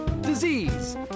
disease